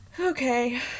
Okay